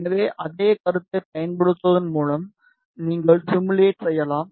எனவே அதே கருத்தைப் பயன்படுத்துவதன் மூலம் நீங்கள் சிமுலேட் செய்யலாம்